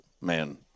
man